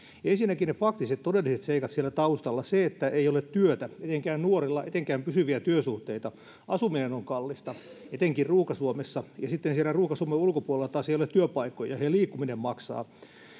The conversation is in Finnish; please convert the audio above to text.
ensinnäkin ne faktiset todelliset seikat siellä taustalla se että ei ole työtä etenkään nuorilla etenkään pysyviä työsuhteita asuminen on kallista etenkin ruuhka suomessa ja sitten siellä ruuhka suomen ulkopuolella taas ei ole työpaikkoja ja liikkuminen maksaa